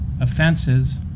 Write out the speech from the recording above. offenses